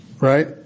right